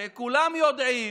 הרי כולם יודעים